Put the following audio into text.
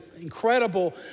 incredible